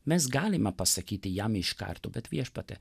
mes galime pasakyti jam iš karto bet viešpatie